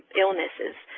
illnesses,